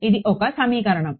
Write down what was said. ఇది ఒక సమీకరణం